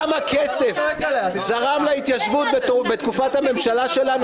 את יודעת כמה כסף זרם להתיישבות בתקופת הממשלה שלנו?